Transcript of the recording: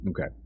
Okay